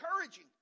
encouraging